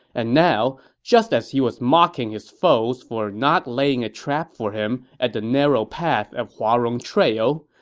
and now, just as he was mocking his foes for not laying a trap for him at the narrow path of huarong trail,